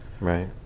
Right